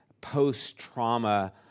post-trauma